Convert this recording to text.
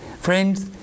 Friends